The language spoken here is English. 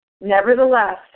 Nevertheless